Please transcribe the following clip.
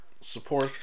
Support